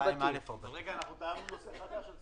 רגע, נחכה לזה.